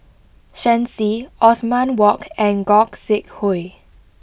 Shen Xi Othman Wok and Gog Sing Hooi